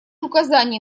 указаний